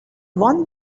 one